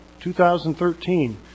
2013